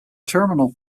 terminal